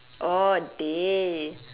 orh day